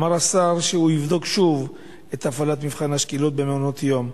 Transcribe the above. אמר השר שהוא יבדוק שוב את הפעלת מבחן השקילות במעונות-יום.